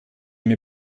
mir